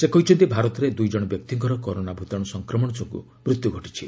ସେ କହିଛନ୍ତି ଭାରତରେ ଦୁଇ ଜଣ ବ୍ୟକ୍ତିଙ୍କର କରୋନା ଭୂତାଣୁ ସଂକ୍ରମଣ ଯୋଗୁଁ ମୃତ୍ୟୁ ଘଟିଛି